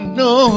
no